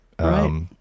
Right